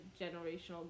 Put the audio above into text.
generational